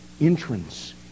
entrance